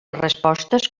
respostes